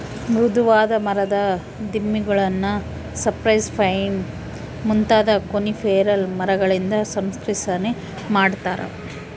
ಮೃದುವಾದ ಮರದ ದಿಮ್ಮಿಗುಳ್ನ ಸೈಪ್ರೆಸ್, ಪೈನ್ ಮುಂತಾದ ಕೋನಿಫೆರಸ್ ಮರಗಳಿಂದ ಸಂಸ್ಕರಿಸನೆ ಮಾಡತಾರ